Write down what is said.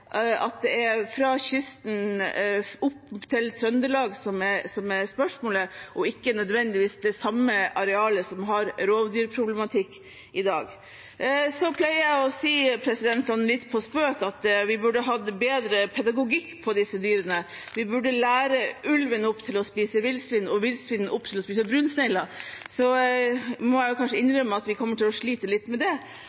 er langs kysten opp til Trøndelag som er spørsmålet, og ikke nødvendigvis det samme arealet som har rovdyrproblematikk i dag. Så pleier jeg å si, litt på spøk, at vi burde hatt bedre pedagogikk på disse dyrene – vi burde lære opp ulven opp til å spise villsvin og villsvinet til å spise brunsnegler. Jeg må innrømme at vi kanskje